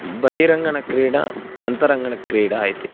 बहिरङ्गनक्रीडा अन्तरङ्गनक्रीडा इति